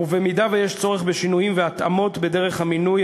ואם יש צורך בשינויים והתאמות בדרך המינוי,